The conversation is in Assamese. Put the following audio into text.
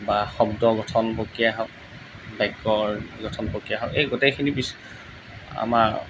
বা শব্দ গঠন প্ৰক্ৰিয়াই হওক বাক্যৰ গঠন প্ৰক্ৰিয়াই হওক এই গোটেইখিনি আমাৰ